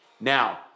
Now